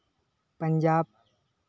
Punjab